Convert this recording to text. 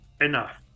enough